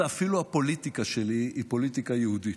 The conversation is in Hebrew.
ואפילו הפוליטיקה שלי היא פוליטיקה יהודית.